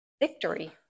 victory